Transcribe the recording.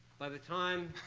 by the time